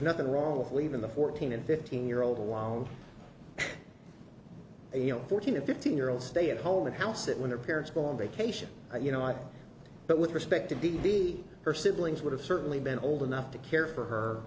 nothing wrong with leaving the fourteen and fifteen year old wound you know fourteen fifteen year olds stay at home and house it when their parents go on vacation you know i but with respect to deviate her siblings would have certainly been old enough to care for her